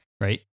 right